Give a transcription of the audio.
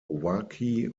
wakhi